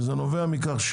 זה נובע מכך,